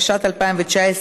התשע"ט 2019,